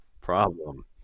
Problem